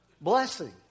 blessing